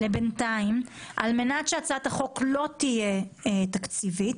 זה יהיה לקראת קריאה שנייה ושלישית.